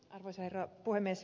arvoisa herra puhemies